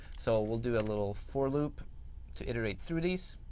so, we'll do a little for loop to iterate through these.